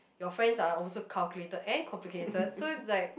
your friends are also calculated and complicated so it's like